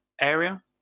area